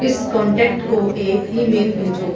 इस कोंटैक्ट को एक ईमेल भेजो